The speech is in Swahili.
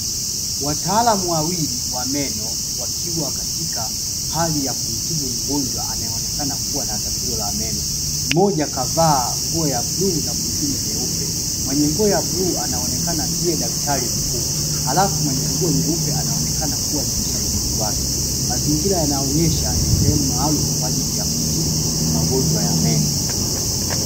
Wataalamu wawili wa meno wakiwa katika hali ya kumtibu mgonjwa anayeonekana kuwa na tatizo la meno, mmoja kavaa nguo ya bluu na mwengine nyeupe. Mwenye nguo ya bluu anaonekana ndiye daktari mkuu alafu mwenye nguo nyeupe anaonekana kuwa ni msaidizi wake. Mazingira yanaonyesha ni sehemu maaalumu kwa ajili ya kutibu magonjwa ya meno.